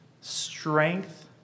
strength